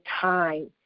time